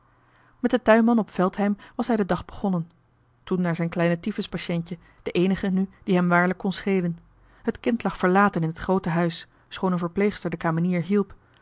met den tuinman op veldheim was hij den dag begonnen toen naar zijn kleine typhuspatiëntje de eenige nu die hem waarlijk kon schelen t kind lag verlaten in het groote huis schoon een verpleegster de kamenier hielp